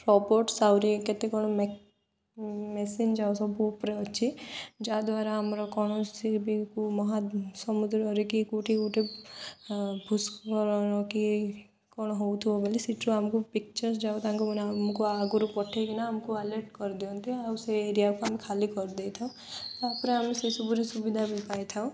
robot ସାଉରି କେତେ କ'ଣ ମେସିନ୍ ଯାଉ ସବୁ ଉପରେ ଅଛି ଯାହାଦ୍ୱାରା ଆମର କୌଣସି ବି ମହା ସମୁଦ୍ରରେ କି କେଉଁଠି ଗୋଟେ ଭୁସ୍କଳଣ କି କ'ଣ ହେଉଥିବ ବୋଲି ସେଠରୁ ଆମକୁ ପିକଚର୍ ଯାଉ ତାଙ୍କୁ ମାନ ଆମକୁ ଆଗରୁ ପଠେଇକିନା ଆମକୁ ୱାଲେଟ କରିଦିଅନ୍ତି ଆଉ ସେ ଏରିଆକୁ ଆମେ ଖାଲି କରିଦେଇଥାଉ ତାପରେ ଆମେ ସେସବୁରେ ସୁବିଧା ବି ପାଇଥାଉ